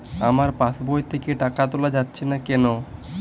আমার পাসবই থেকে টাকা তোলা যাচ্ছে না কেনো?